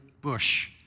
bush